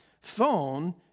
phone